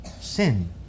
sin